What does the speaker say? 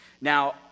Now